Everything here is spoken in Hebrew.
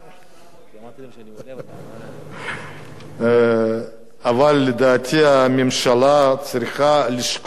אל תדאג, אבל, לדעתי, הממשלה צריכה לשקול את דברי,